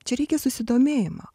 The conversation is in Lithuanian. čia reikia susidomėjimo